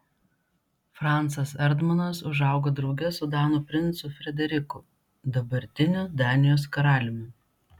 francas erdmanas užaugo drauge su danų princu frederiku dabartiniu danijos karaliumi